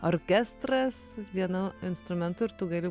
orkestras vienu instrumentu ir tu gali